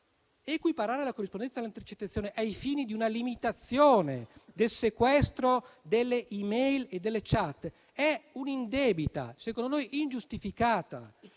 Equiparare la corrispondenza all'intercettazione ai fini di una limitazione del sequestro delle *e-mail* e delle *chat* è un'indebita, e secondo noi ingiustificata,